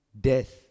death